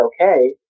okay